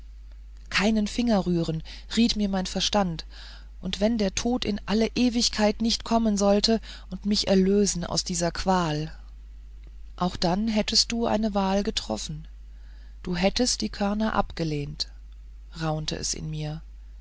keinen finger rühren riet mir mein verstand und wenn der tod in alle ewigkeit nicht kommen sollte und mich erlösen aus dieser qual auch dann hättest du deine wahl getroffen du hättest die körner abgelehnt raunte es in mir